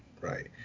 right